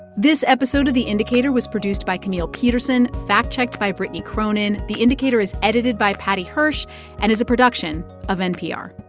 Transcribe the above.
this episode of the indicator was produced by camille petersen, fact-checked by brittany cronin. the indicator is edited by paddy hirsch and is a production of npr